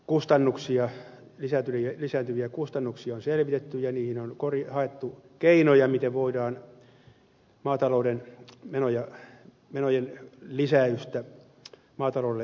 tiedän että viljelijöiden lisääntyviä kustannuksia on selvitetty ja niihin on haettu keinoja miten voidaan maatalouden menojen lisäystä maataloudelle hyvittää